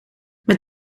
met